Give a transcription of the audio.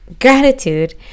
gratitude